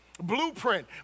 blueprint